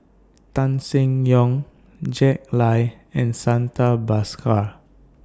Tan Seng Yong Jack Lai and Santha Bhaskar